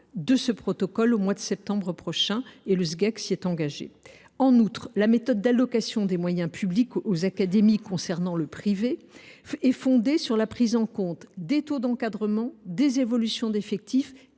de ce protocole au mois de septembre prochain, comme le Sgec s’y est engagé. En outre, la méthode d’allocation des moyens publics aux académies en matière d’enseignement privé est fondée sur la prise en compte des taux d’encadrement, des évolutions d’effectifs